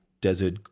desert